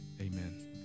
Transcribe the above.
amen